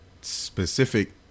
Specific